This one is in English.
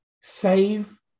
save